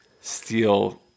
steal